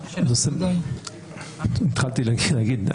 התחלתי להגיד.